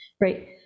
right